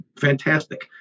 fantastic